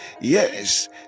yes